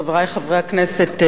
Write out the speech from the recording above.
חברי חברי הכנסת,